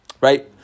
right